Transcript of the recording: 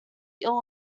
ill